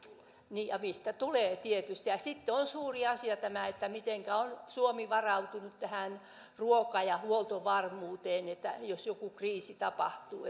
niin ja mistä tulee tietysti sitten on suuri asia tämä mitenkä suomi on varautunut tähän ruoka ja huoltovarmuuteen jos joku kriisi tapahtuu